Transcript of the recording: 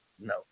no